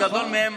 חלק גדול מהם